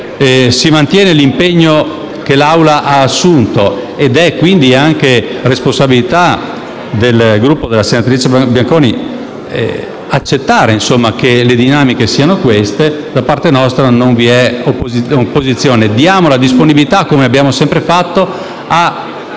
di mantenere l'impegno che l'Assemblea ha assunto - ed è quindi anche responsabilità del Gruppo della senatrice Bianconi accettare che le dinamiche siano queste - da parte nostra non vi è opposizione. Diamo la disponibilità, come abbiamo sempre fatto, ad